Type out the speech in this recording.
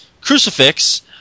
crucifix